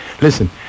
Listen